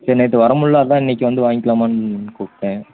சரி நைட்டு வர முடில அதுதான் இன்றைக்கி வந்து வாங்கிக்கலாமான்னு கூப்பிட்டேன்